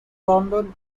london